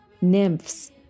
nymphs